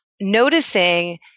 noticing